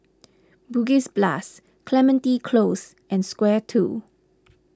Bugis Plus Clementi Close and Square two